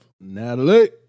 Natalie